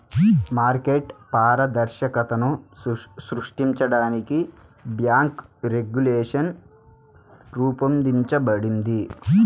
market పారదర్శకతను సృష్టించడానికి bank regulation రూపొందించబడింది